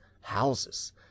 houses